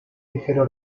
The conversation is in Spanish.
ligero